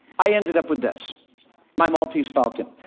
i ended up with this my maltese falcon.